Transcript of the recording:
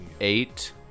eight